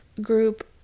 group